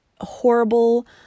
horrible